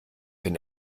den